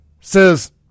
Says